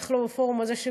בטח לא בפורום הזה,